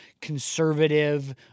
conservative